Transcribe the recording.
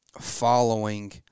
following